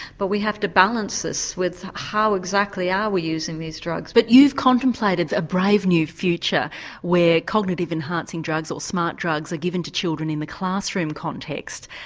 but we have to balance this with how exactly are we using these drugs. but you've contemplated a brave new future where cognitive enhancing drugs or smart drugs are given to children in the classroom context,